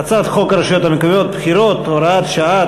ההצעה להעביר את הצעת חוק הרשויות המקומיות (בחירות) (הוראת שעה),